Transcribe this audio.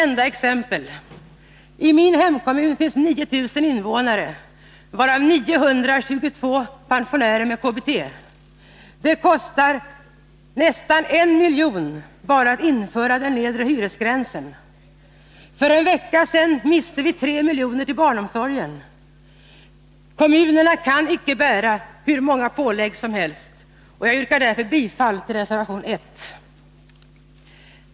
Ett enda exempel: I min hemkommun finns 9 000 invånare, varav 922 pensionärer med KBT. Det kostar nästan en miljon bara att införa den nedre hyresgränsen. För en vecka sedan miste vi 3 miljoner till barnomsorgen. Kommunerna kan icke bära hur många pålägg som helst. Jag yrkar bifall till reservation 1.